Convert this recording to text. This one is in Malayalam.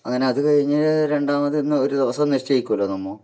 അങ്ങനെ അത് കഴിഞ്ഞ് രണ്ടാമതു തന്നെ ഒരു ദിവസം നിശ്ചയിക്കുമല്ലോ നമ്മൾ